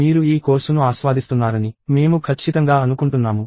మీరు ఈ కోర్సును ఆస్వాదిస్తున్నారని మేము ఖచ్చితంగా అనుకుంటున్నాము